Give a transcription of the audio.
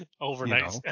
Overnight